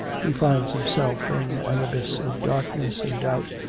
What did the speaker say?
he finds himself in an abyss of darkness and doubt,